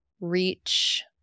reach